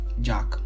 jack